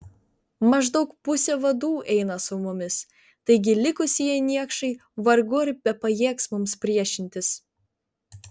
maždaug pusė vadų eina su mumis taigi likusieji niekšai vargu ar bepajėgs mums priešintis